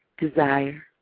desire